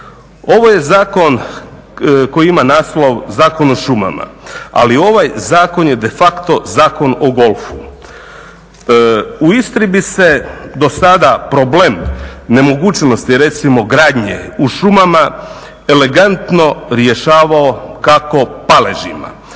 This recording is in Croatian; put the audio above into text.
Ovo je zakon koji ima naslov Zakon o šumama. Ali ovaj zakon je de facto Zakon o golfu. U Istri bi se do sada problem nemogućnosti, recimo gradnje u šumama elegantno rješavao kako paležima.